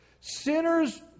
Sinners